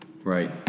Right